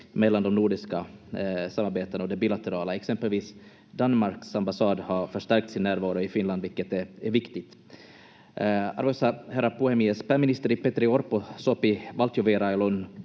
mellan det nordiska samarbetet och de bilaterala. Exempelvis Danmarks ambassad har förstärkt sin närvaro i Finland, vilket är viktigt. Arvoisa herra puhemies! Pääministeri Petteri Orpo sopi valtiovierailullaan